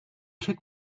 kick